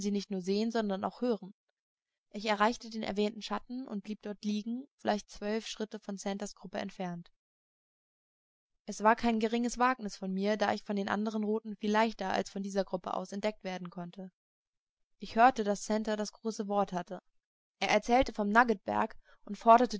nicht nur sehen sondern auch hören ich erreichte den erwähnten schatten und blieb dort liegen vielleicht zwölf schritte von santers gruppe entfernt es war kein geringes wagnis von mir da ich von den andern roten viel leichter als von dieser gruppe aus entdeckt werden konnte ich hörte daß santer das große wort hatte er erzählte von dem nuggetberge und forderte